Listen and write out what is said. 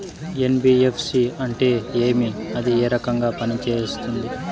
NBFC అంటే ఏమి అది ఏ రకంగా పనిసేస్తుంది